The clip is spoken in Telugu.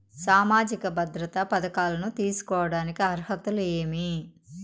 సామాజిక భద్రత పథకాలను తీసుకోడానికి అర్హతలు ఏమి?